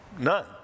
None